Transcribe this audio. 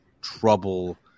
trouble